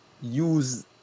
use